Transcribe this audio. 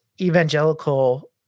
evangelical